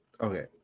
Okay